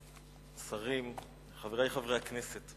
אדוני ראש הממשלה, שרים, חברי חברי הכנסת,